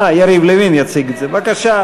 סליחה, אדוני, בוועדת הכספים של הכנסת.